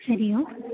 हरिः ओम्